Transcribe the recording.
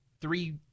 three